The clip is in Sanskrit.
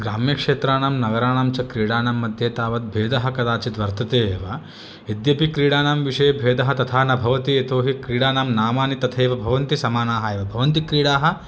ग्रामक्षेत्राणां नगराणां च क्रीडाणां मध्ये तावत् भेदः कदाचित् वर्तते एव यद्यपि क्रीडाणां विषये भेदः तथा न भवति यतोहि क्रीडाणां नामानि तथैव भवन्ति समानाः एव भवन्ति क्रीडाः